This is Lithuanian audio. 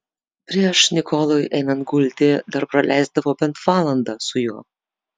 prieš nikolui einant gulti dar praleisdavo bent valandą su juo